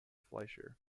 fleischer